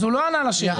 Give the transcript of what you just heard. הוא לא ענה לשאלה.